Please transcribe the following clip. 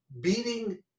beating